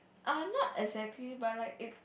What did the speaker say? I'm not exactly but like it